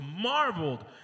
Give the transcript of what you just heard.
marveled